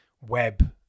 web